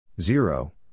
Zero